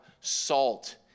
salt